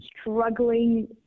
struggling